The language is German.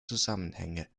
zusammenhänge